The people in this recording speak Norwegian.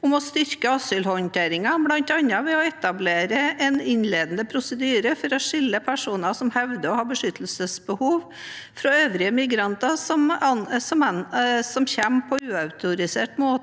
om å styrke asylhåndteringen, bl.a. ved å etablere en innledende prosedyre for å skille personer som hevder å ha beskyttelsesbehov, fra øvrige migranter som ankommer på uautorisert måte,